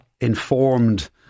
informed